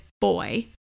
boy